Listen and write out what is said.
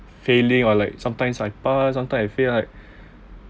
failing or like sometimes I passed sometimes I failed like